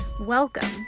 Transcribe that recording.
Welcome